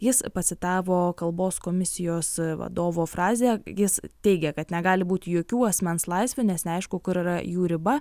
jis pacitavo kalbos komisijos vadovo frazę jis teigia kad negali būti jokių asmens laisvių nes neaišku kur yra jų riba